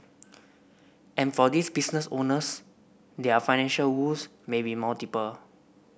and for these business owners their financial woes may be multiple